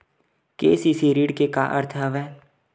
KCC ऋण के का अर्थ हवय?